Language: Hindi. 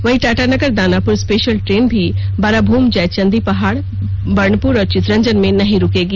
वहीं टाटानगर दानापुर स्पेशल ट्रेन भी बाराभूम जयचंदी पहाड़ बर्णपुर और चितरंजन में नहीं रूकेगी